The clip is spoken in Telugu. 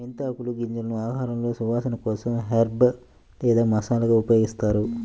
మెంతి ఆకులు, గింజలను ఆహారంలో సువాసన కోసం హెర్బ్ లేదా మసాలాగా ఉపయోగిస్తారు